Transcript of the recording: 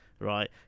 Right